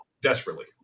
desperately